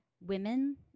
women